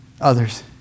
Others